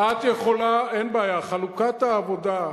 את יכולה, אין בעיה, חלוקת העבודה,